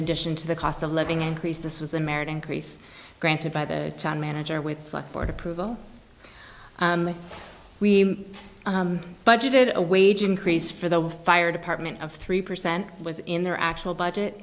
addition to the cost of living increase this was a merit increase granted by the town manager with board approval we budgeted a wage increase for the fire department of three percent was in their actual budget